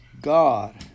God